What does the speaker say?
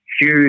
Huge